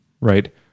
right